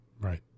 Right